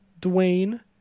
Dwayne